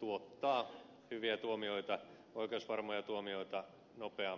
tuottaa hyviä tuomioita oikeusvarmoja tuomioita nopeammin